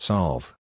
Solve